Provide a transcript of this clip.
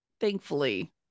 thankfully